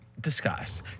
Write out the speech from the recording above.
discuss